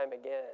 again